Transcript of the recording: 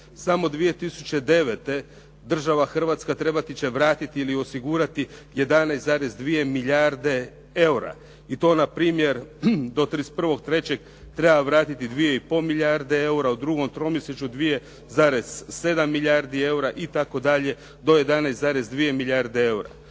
Samo 2009. država Hrvatska trebati će vratiti ili osigurati 11,2 milijarde eura. I to npr. do 31. trećeg treba vratiti 2,5 milijarde eura, u drugom tromjesečju 2,7 milijarde eura itd. do 11,2 milijarde eura.